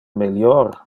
melior